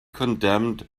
condemned